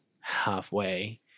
halfway